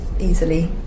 easily